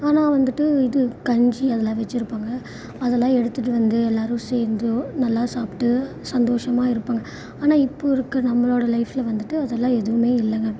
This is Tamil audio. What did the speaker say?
ஆனால் வந்துட்டு இது கஞ்சி அதெலாம் வச்சுருப்பாங்க அதெல்லாம் எடுத்துகிட்டு வந்து எல்லாேரும் சேர்ந்தோ நல்லா சாப்பிட்டு சந்தோஷமாக இருப்பாங்க ஆனால் இப்போது இருக்க நம்மளோட லைஃப்பில் வந்துட்டு அதெல்லாம் எதுவுமே இல்லைங்க